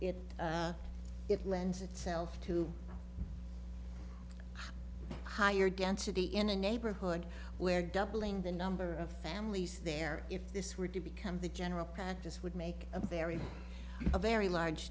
it lends itself to higher density in a neighborhood where doubling the number of families there if this were to become the general practice would make a very very large